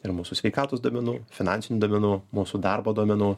ir mūsų sveikatos duomenų finansinių duomenų mūsų darbo duomenų